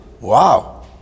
Wow